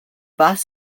bus